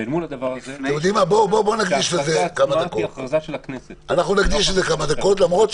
שההכרזה עצמה תהיה הכרזה של הכנסת ולא הכרזה של הממשלה.